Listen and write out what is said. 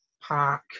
park